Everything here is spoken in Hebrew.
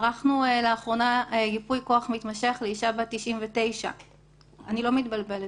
ערכנו לאחרונה ייפוי כוח מתמשך לאישה בת 99. אני לא מתבלבלת,